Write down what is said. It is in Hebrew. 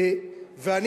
אני